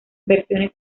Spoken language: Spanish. versiones